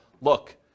look